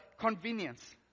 Convenience